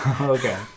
Okay